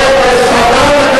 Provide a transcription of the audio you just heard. תודה רבה.